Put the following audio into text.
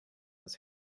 his